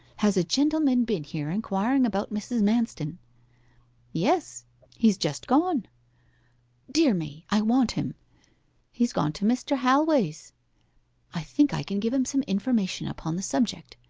has a gentleman been here inquiring about mrs. manston yes he's just gone dear me! i want him he's gone to mr. halway's i think i can give him some information upon the subject.